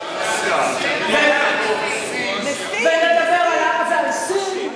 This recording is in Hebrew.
דיברתי על אסיה,